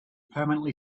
permanently